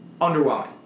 Underwhelming